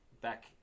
back